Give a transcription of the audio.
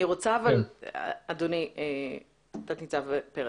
תת ניצב פרץ,